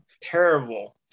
Terrible